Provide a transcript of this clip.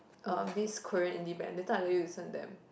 uh this Korean indie band later I let you listen to them